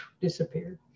disappeared